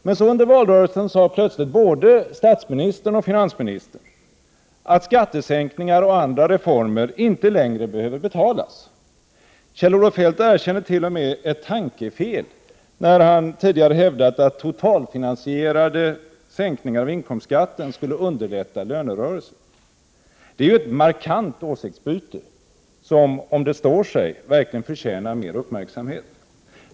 Men under valrörelsen sade plötsligt både statsministern och finansministern att skattesänkningar och andra reformer inte längre behöver betalas. Kjell-Olof Feldt erkände t.o.m. ett tankefel när han tidigare hade hävdat att totalfinansierade sänkningar av inkomstskatten skulle underlätta lönerörelsen. Det är ett markant åsiktsbyte som, om det står sig, verkligen förtjänar mer uppmärksamhet.